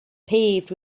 paved